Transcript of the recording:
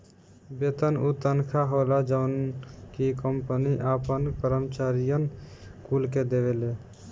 वेतन उ तनखा होला जवन की कंपनी आपन करम्चारिअन कुल के देवेले